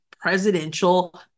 presidential